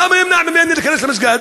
למה ימנע ממני להיכנס למסגד?